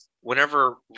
whenever